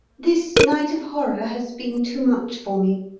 this night of horror has been too much for me.